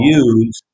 use